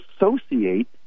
associate